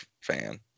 fan